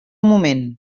moment